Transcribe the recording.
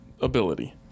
ability